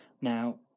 Now